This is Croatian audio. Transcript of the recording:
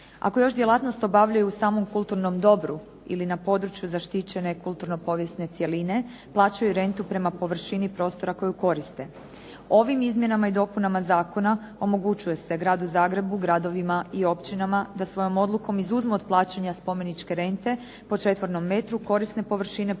Ako još djelatnosti obavljaju u samom kulturnom dobru ili na području zaštićene kulturno-povijesne cjeline, plaćaju rentu prema površini prostora koju koriste. Ovim izmjenama i dopunama zakona omogućuje se gradu Zagrebu, gradovima i općinama da svojom odlukom izuzmu od plaćanja spomeničke rente po četvornom metru, korisne površine poslovnog prostora,